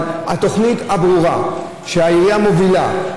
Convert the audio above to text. אבל התוכנית הברורה שהעירייה מובילה,